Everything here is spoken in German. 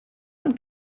man